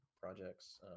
projects